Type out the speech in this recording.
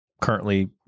currently